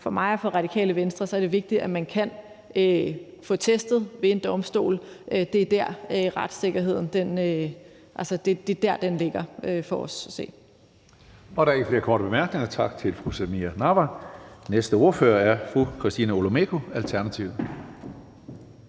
For mig og for Radikale Venstre er det vigtigt, at man kan få det testet ved en domstol. Det er der, retssikkerheden ligger for os at se.